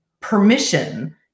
permission